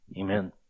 Amen